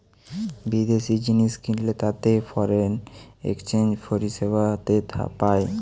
বিদেশি জিনিস কিনলে তাতে ফরেন এক্সচেঞ্জ পরিষেবাতে পায়